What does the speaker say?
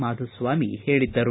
ಮಾಧುಸ್ವಾಮಿ ಹೇಳಿದ್ದರು